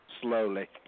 slowly